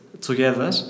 together